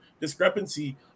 discrepancy